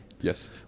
Yes